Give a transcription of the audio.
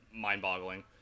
mind-boggling